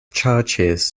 churches